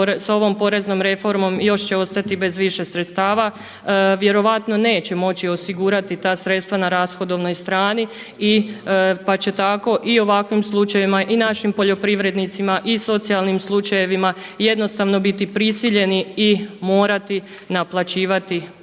sa ovom poreznom reformom još će ostati bez više sredstava. Vjerojatno neće moći osigurati ta sredstva na rashodovnoj strani i pa će tako i u ovakvim slučajevima i našim poljoprivrednicima i socijalnim slučajevima jednostavno biti prisiljeni i morati naplaćivati